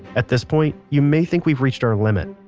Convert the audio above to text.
at this point you may think we've reached our limit,